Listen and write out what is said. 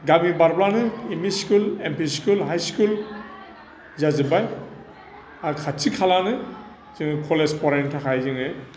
गामि बारब्लानो M E school L P school high school जाजोब्बाय आरो खाथि खालानो जोङो कलेज फरायनो थाखाय जोङो